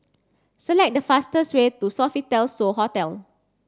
select the fastest way to Sofitel So Hotel